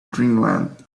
dreamland